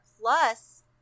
Plus